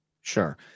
Sure